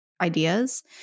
ideas